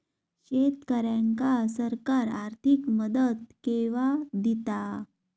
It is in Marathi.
शेतकऱ्यांका सरकार आर्थिक मदत केवा दिता?